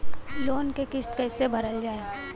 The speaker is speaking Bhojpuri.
लोन क किस्त कैसे भरल जाए?